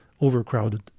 overcrowded